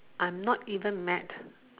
I'm not even mad